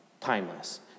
timeless